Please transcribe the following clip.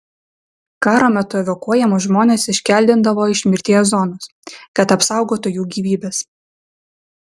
karo metu evakuojamus žmones iškeldindavo iš mirties zonos kad apsaugotų jų gyvybes